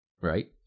right